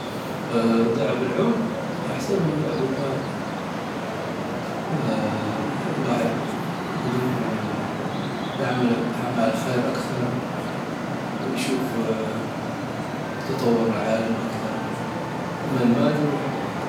ضعف العمر أحسن من ضعف المال. آه الواحد يقدر أعمال خير أكثر ويشوف تطور العالم، أما المال يروح.